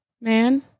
man